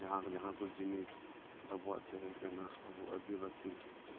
ᱡᱟᱦᱟᱸ ᱡᱟᱦᱟᱸ ᱠᱚ ᱡᱤᱱᱤᱥ ᱟᱵᱚᱮᱣᱟᱜ ᱛᱟᱦᱮᱸ ᱠᱟᱱᱟ ᱟᱵᱚ ᱟᱫᱤᱵᱟᱥᱤ